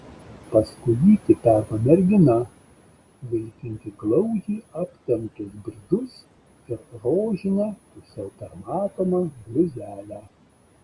paskui jį tipeno mergina vilkinti glaudžiai aptemptus bridžus ir rožinę pusiau permatomą bliuzelę